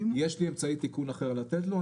יש לי אמצעי תיקון אחר לתת לו,